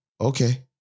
okay